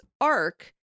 arc